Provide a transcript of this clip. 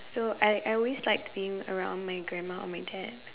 so I I always liked being around my grandma or my dad